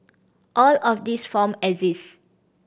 all of these form exist